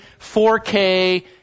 4K